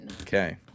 Okay